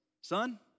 son